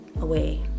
away